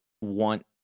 want